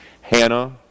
Hannah